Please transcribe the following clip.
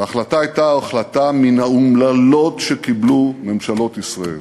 וההחלטה הייתה החלטה מן האומללות שקיבלו ממשלות ישראל.